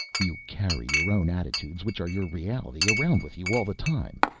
you carry your own attitudes, which are your reality, around with you all the time,